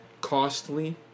costly